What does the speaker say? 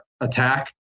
attack